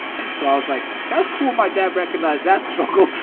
and so i was like, that's cool my dad recognized that struggle.